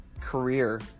career